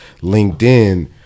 LinkedIn